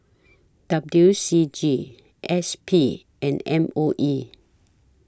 W C G S P and M O E